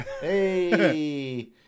Hey